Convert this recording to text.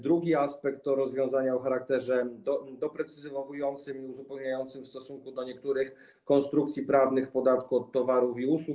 Drugi aspekt to rozwiązania o charakterze doprecyzowującym i uzupełniającym w stosunku do niektórych konstrukcji prawnych w podatku od towarów i usług.